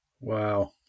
Wow